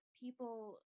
people